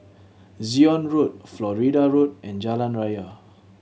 Zion Road Florida Road and Jalan Raya